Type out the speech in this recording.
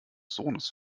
sohnes